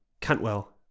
Cantwell